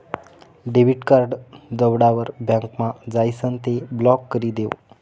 debit card दवडावर बँकमा जाइसन ते ब्लॉक करी देवो